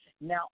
Now